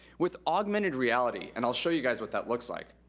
with augmented reality, and i'll show you guys what that looks like,